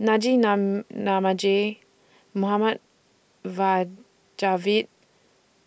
Naji Nam Namagie Mohd Javad